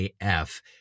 AF